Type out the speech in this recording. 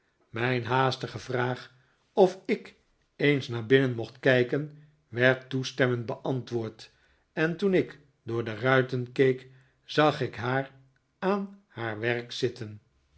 mijn haastige vraag of ik eens naar binnen mocht kijken werd toestemmend beantwoord en toen ik door de ruiten keek zag ik haar aan haar werk zitten